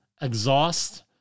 exhaust